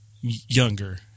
younger